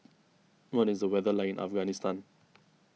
what is the weather like in Afghanistan